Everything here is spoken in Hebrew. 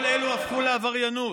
כל אלה הפכו לעבריינות.